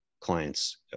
clients